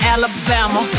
Alabama